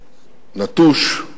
נטוש,